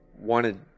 wanted